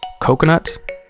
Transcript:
coconut